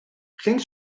ging